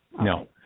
No